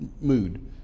mood